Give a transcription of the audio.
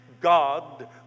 God